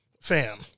fam